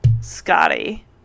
Scotty